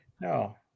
No